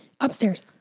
upstairs